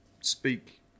speak